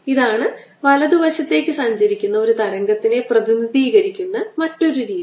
ഇതാണ് വലതുവശത്തേക്ക് സഞ്ചരിക്കുന്ന ഒരു തരംഗത്തിനെ പ്രതിനിധീകരിക്കുന്ന മറ്റൊരു രീതി